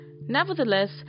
Nevertheless